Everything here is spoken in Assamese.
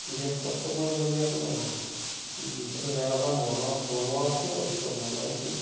তাত বিশেষ কষ্ট কৰিবলগীয়া একো নাই আৰু মুঠতে দেৱাখন বনাওঁ বনোৱাতেই কষ্ট বনাই উঠি